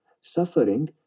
Suffering